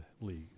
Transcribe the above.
league